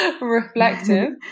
reflective